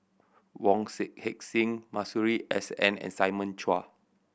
Wong Heck Sing Masuri S N and Simon Chua